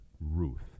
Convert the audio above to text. Ruth